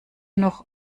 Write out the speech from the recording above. noch